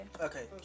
okay